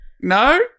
no